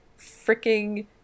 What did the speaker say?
freaking